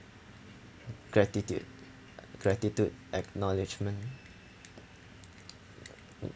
gratitude gratitude acknowledgement